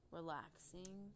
relaxing